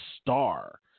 star